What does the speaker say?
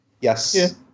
Yes